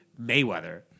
Mayweather